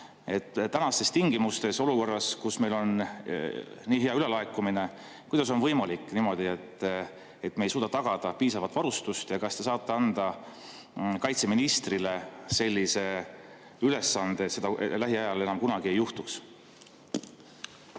Tänastes tingimustes, olukorras, kus meil on nii hea ülelaekumine, kuidas on võimalik niimoodi, et me ei suuda tagada piisavat varustust? Ja kas te saate anda kaitseministrile sellise ülesande, et seda lähiajal enam kunagi ei juhtuks?